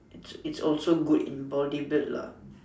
it's it's also good in body build lah